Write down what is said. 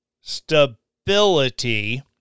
stability